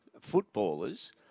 footballers